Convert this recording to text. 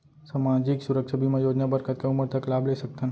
सामाजिक सुरक्षा बीमा योजना बर कतका उमर तक लाभ ले सकथन?